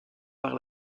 par